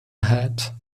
ahead